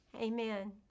amen